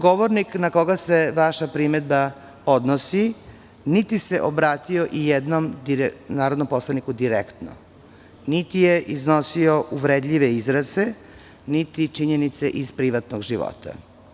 Govornik na koga se vaša primedba odnosi niti se obratio ijednom narodnom poslaniku direktno, niti je iznosio uvredljive izraze, niti činjenice iz privatnog života.